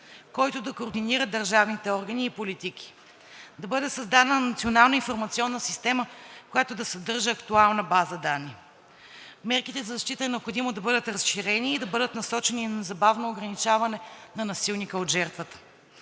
който да координира държавните органи и политики. Да бъде създадена Национална информационна система, която да съдържа актуална база данни. Мерките за защита е необходимо да бъдат разширени и насочени към незабавно ограничаване на насилника от жертвата.